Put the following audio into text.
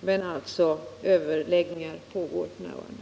Men överläggningar pågår alltså.